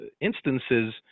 instances